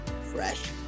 fresh